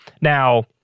Now